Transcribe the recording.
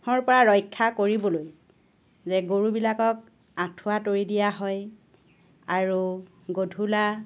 হৰ পৰা ৰক্ষা কৰিবলৈ যে গৰুবিলাকক আঁঠুৱা তৰি দিয়া হয় আৰু গধূলি